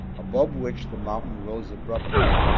above which the mountain rose abruptly,